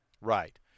Right